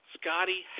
Scotty